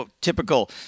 Typical